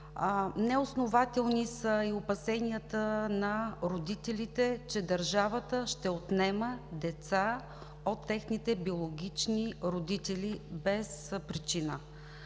Неоснователни са и опасенията на родителите, че държавата ще отнема деца от техните биологични родители без причина.